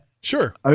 Sure